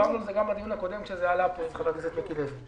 דיברנו על זה גם בדיון הקודם עת זה עלה כאן עם חבר הכנסת מיקי לוי.